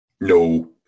No